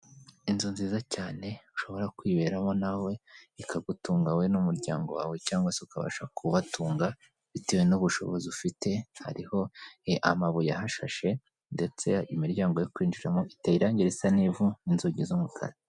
Inzu nziza cyane ushobora kwiberamo nawe, ikagutunga wowe n'umuryango wawe cyangwa se ukabasha kubatunga bitewe n'ubushobozi ufite, hariho amabuye ahashashe ndetse imiryango yo kwinjiramo iteye irangi risa n'ivu n'inzugi z'umukara.